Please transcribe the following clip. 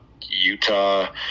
Utah